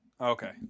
Okay